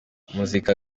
muzika